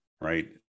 right